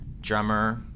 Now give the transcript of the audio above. drummer